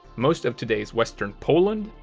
most of today's western poland,